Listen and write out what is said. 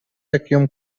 vacuum